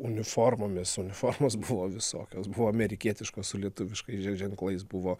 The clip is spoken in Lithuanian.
uniformomis uniformos buvo visokios buvo amerikietiška su lietuviškais ženklais buvo